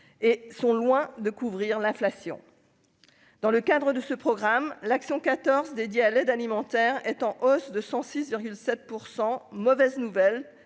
et sont loin de couvrir l'inflation dans le cadre de ce programme, l'action 14 dédié à l'aide alimentaire est en hausse de 106,7 pour 100, mauvaise nouvelle,